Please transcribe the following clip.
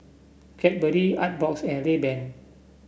Cadbury Artbox and Rayban